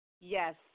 yes